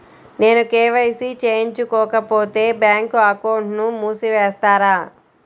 నేను కే.వై.సి చేయించుకోకపోతే బ్యాంక్ అకౌంట్ను మూసివేస్తారా?